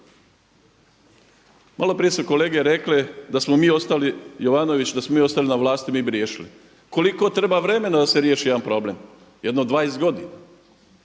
Malo prije su kolege rekle da smo mi ostali, Jovanović, da smo mi ostali na vlasti, mi bi riješili. Koliko treba vremena da se riješi jedan problem? Jedno 20 godina.